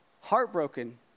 heartbroken